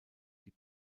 die